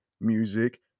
music